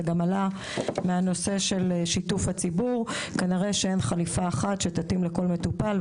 זה גם עלה משיתוף הציבור; כנראה שאין חליפה אחת שתתאים לכל מטופל,